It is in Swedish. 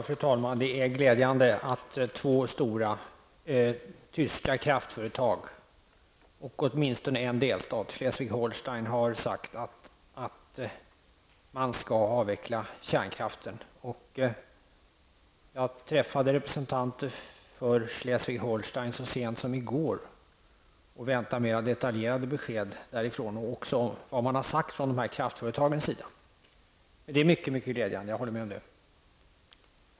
Fru talman! Det är glädjande att två stora tyska kraftföretag och åtminstone en delstat, Schleswig Holstein har sagt att man skall avveckla kärnkraften. Jag träffade representanter för delstaten Schleswig-Holstein så sent som i går och väntar mer detaljerade besked därifrån och också om vad kraftföretagen sagt. Men det är mycket glädjande, jag håller med om det.